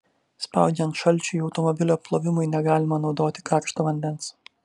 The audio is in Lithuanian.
spaudžiant šalčiui automobilio plovimui negalima naudoti karšto vandens